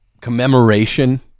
commemoration